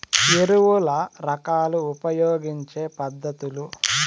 ఎరువుల రకాలు ఉపయోగించే పద్ధతులు?